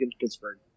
Pittsburgh